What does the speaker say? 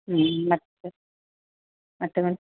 ಹ್ಞೂ ಮತ್ತೆ ಮತ್ತೆ ಮೇಡಮ್